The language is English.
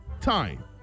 Time